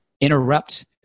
interrupt